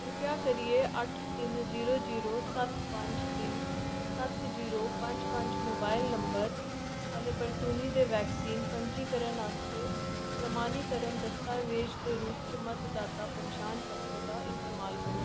करिपा करियै अट्ठ तिन्न जीरो जीरो सत्त पंज तिन्न सत्त जीरो पंज पंज मोबाइल नंबर आह्ले बरतूनी दे वैक्सीन पंजीकरण आस्तै प्रमाणीकरण दस्तावेज दे रूप च मतदाता पन्छान पत्र दा इस्तेमाल करो